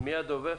מי הדובר?